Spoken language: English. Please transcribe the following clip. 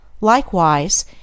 Likewise